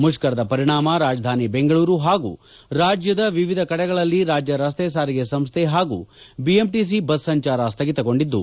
ಮುಷ್ಕರದ ಪರಿಣಾಮ ರಾಜಧಾನಿ ಬೆಂಗಳೂರು ಹಾಗೂ ರಾಜ್ಯದ ವಿವಿಧ ಕಡೆಗಳಲ್ಲಿ ರಾಜ್ಯ ರಸ್ತೆ ಸಾರಿಗೆ ಸಂಸ್ಥೆ ಹಾಗೂ ಬಿಎಂಟಿಸಿ ಬಸ್ ಸಂಚಾರ ಸ್ಥಗಿತಗೊಂಡಿದ್ದು